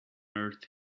earth